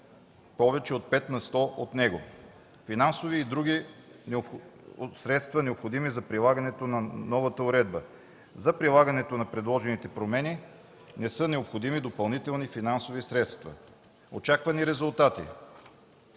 повече от 5 на сто от него. Финансови и други средства, необходими за прилагането на новата уредба: За прилагането на предложените промени не са необходими допълнителни финансови средства. Очаквани резултати: